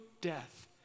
death